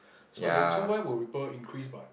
so I don't so why will ripple increase by